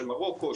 של מרוקו,